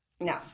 No